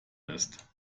ist